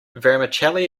vermicelli